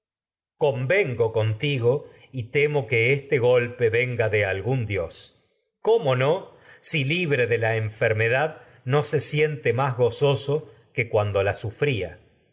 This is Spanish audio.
convengo contigo temo que golpe venga de algún dios cómo no se si libre de la enferme dad no siente más gozoso que cuando la sufría